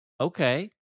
okay